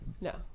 no